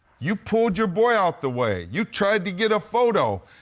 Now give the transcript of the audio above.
you pulled your boy out the way, you tried to get a photo,